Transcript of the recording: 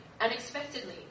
unexpectedly